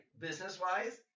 business-wise